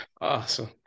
awesome